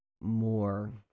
more